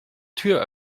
tür